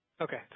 Okay